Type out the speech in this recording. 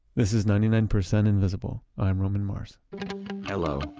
this is ninety nine percent invisible. i'm roman mars hello.